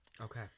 Okay